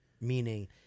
Meaning